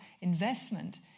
investment